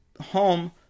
home